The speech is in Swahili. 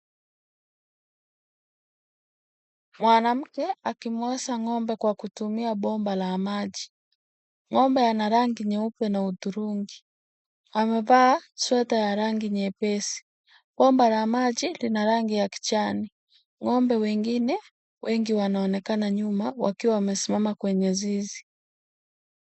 Mwanamke akimwosha ng'ombe kwa kutumia bomba la maji. Ng'ombe ana rangi nyeupe na uthurungi. Amevaa sweta ya rangi nyepesi. Bomba la maji lina rangi ya kijani. Ng'ombe wengine wengi wanaonekana nyuma wakiwa wamesimama kwenye zizi.